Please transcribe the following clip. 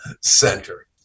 center